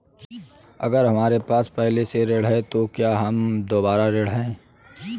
अगर हमारे पास पहले से ऋण है तो क्या हम दोबारा ऋण हैं?